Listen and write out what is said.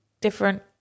different